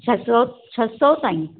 छह सौ छ सौ ताईं